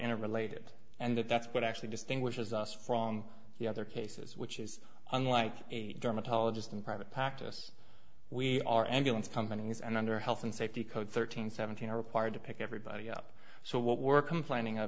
interrelated and that that's what actually distinguishes us from the other cases which is unlike a dermatologist in private practice we are endurance companies and under health and safety code thirteen seventeen are required to pick everybody up so what we're complaining of